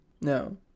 No